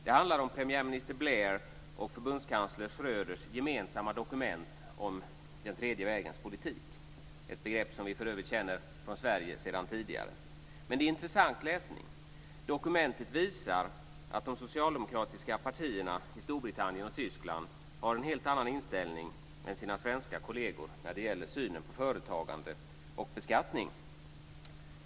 Det handlar om premiärminister Blair och förbundskansler Schröders gemensamma dokument om den tredje vägens politik, ett begrepp som vi för övrigt känner från Sverige sedan tidigare. Men det är intressant läsning. Dokumentet visar att de socialdemokratiska partierna i Storbritannien och Tyskland har en helt annan inställning än sina svenska kolleger när det gäller synen på företagande och beskattning.